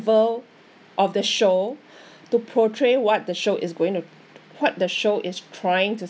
level of the show to portray what the show is going to what the show is trying to